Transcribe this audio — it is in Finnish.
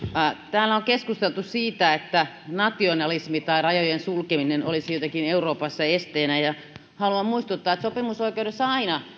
täällä on keskusteltu siitä että nationalismi tai rajojen sulkeminen olisi jotenkin euroopassa esteenä haluan muistuttaa että sopimusoikeudessa aina